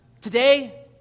Today